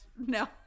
no